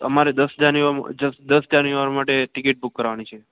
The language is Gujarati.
અમારે દસ જાન્યુ જાન્યુઆર માટે ટિકિટ બૂક કરાવાની છે